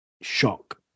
shock